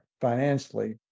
financially